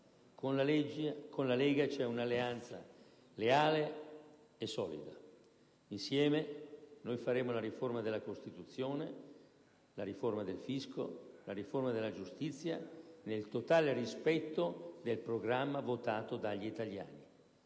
Con la Lega c'è un'alleanza leale e solida. Insieme, noi faremo la riforma della Costituzione, la riforma del fisco, la riforma della giustizia, nel totale rispetto del programma votato dagli italiani.